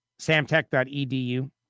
samtech.edu